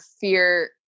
fear